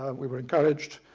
and we were encouraged,